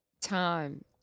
time